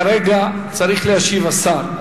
כרגע צריך להשיב השר,